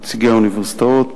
נציגי האוניברסיטאות,